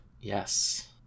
Yes